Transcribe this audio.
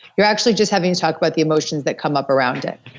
you're actually just having to talk about the emotions that come up around it,